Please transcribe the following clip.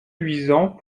luisant